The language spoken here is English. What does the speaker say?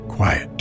Quiet